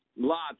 Lots